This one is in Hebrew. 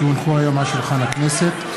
כי הונחו היום על שולחן הכנסת,